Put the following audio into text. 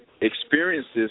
experiences